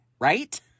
right